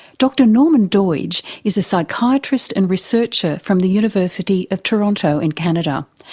dr norman doidge is a psychiatrist and researcher from the university of toronto in canada,